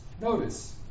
notice